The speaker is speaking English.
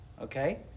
Okay